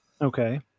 Okay